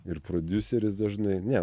ir prodiuseris dažnai ne